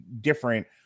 different